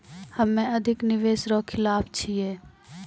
हम्मे अधिक निवेश रो खिलाफ छियै